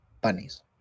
bunnies